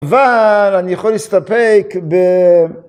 אבל אני יכול להסתפק ב...